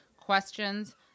questions